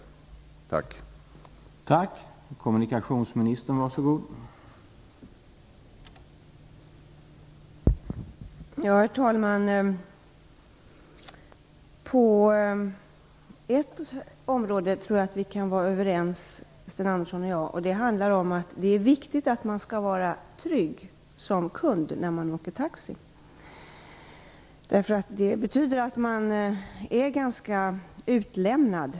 Tack!